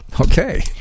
okay